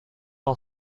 all